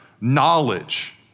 knowledge